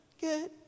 Good